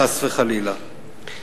חס וחלילה.